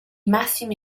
massimi